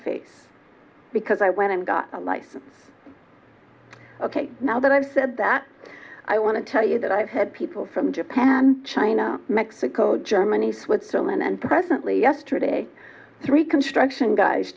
face because i went and got a license ok now that i've said that i want to tell you that i've had people from japan china mexico germany switzerland and presently yesterday three construction guys